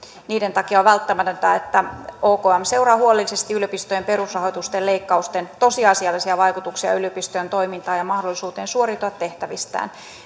takia on välttämätöntä että okm seuraa huolellisesti yliopistojen perusrahoitusten leikkausten tosiasiallisia vaikutuksia yliopistojen toimintaan ja mahdollisuuteen suoriutua tehtävistään